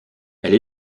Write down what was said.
elle